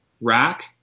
rack